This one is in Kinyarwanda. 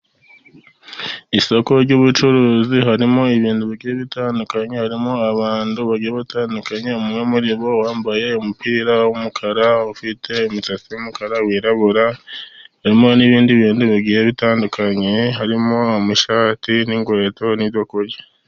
Isoko ry'ubucuruzi harimo ibintu bigiye bitandukanye, harimo abantu bagiye batandukanye. Umwe muri bo wambaye umupira w'umukara ufite imisatsi y'umukara wirabura. Harimo n'ibindi bintu bigiye bitandukanye, harimo amashati n'inkweto, n'ibyo kurya.